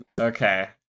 okay